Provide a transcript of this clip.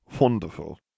wonderful